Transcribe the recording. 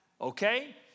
okay